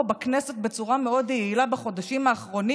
בכנסת בצורה מאוד יעילה בחודשים האחרונים,